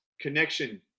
connection